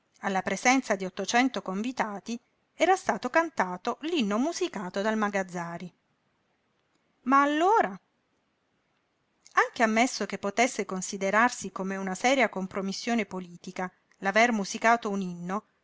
alla presenza di ottocento convitati era stato cantato l'inno musicato dal magazzari ma allora anche ammesso che potesse considerarsi come una seria compromissione politica l'aver musicato un inno